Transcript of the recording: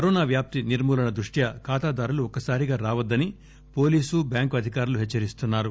corona వ్యాప్తి నిర్మూలన దృష్ట్యా ఖాతాదారులు ఒక్కసారిగా రావద్దని పోలీస్ బ్యాంకు అధికారులు హెచ్చరిస్తున్నారు